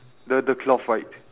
the the cloth right